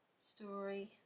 story